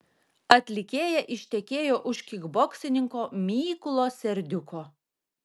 atlikėja ištekėjo už kikboksininko mykolo serdiuko